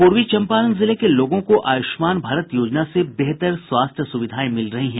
पूर्वी चम्पारण जिले के लोगों को आयुष्मान भारत योजना से बेहतर स्वास्थ्य सुविधाएं मिल रही हैं